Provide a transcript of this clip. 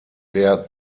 der